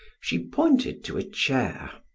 she pointed to a chair.